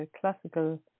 classical